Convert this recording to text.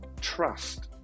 trust